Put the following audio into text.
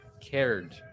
cared